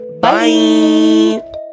Bye